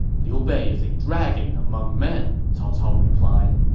liu bei is a dragon among men, cao cao replied.